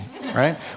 right